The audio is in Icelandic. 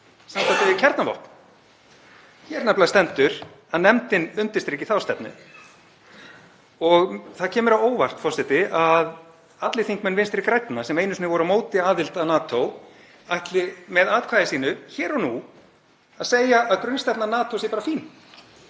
sambandi við kjarnavopn? Hér nefnilega stendur að nefndin undirstriki þá stefnu og það kemur á óvart, forseti, að allir þingmenn Vinstri grænna, sem einu sinni voru á móti aðild að NATO, ætli með atkvæði sínu hér og nú að segja að grunnstefna NATO sé bara fín,